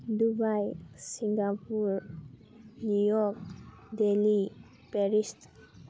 Dubai Singapore New York Delhi Paris